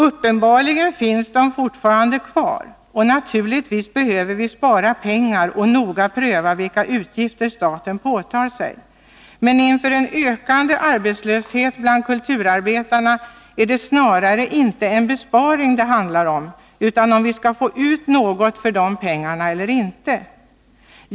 Uppenbarligen finns de fortfarande kvar. Naturligtvis behöver vi spara pengar och noga pröva vilka utgifter staten påtar sig. Men inför en ökande arbetslöshet bland kulturarbetarna är det inte snarast en besparing det handlar om, utan om vi skall få något för pengarna eller inte.